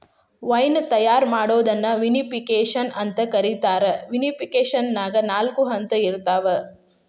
wine ತಯಾರ್ ಮಾಡೋದನ್ನ vinification ಅಂತ ಕರೇತಾರ, ವಿನಿಫಿಕೇಷನ್ನ್ಯಾಗ ನಾಲ್ಕ ಹಂತ ಇರ್ತಾವ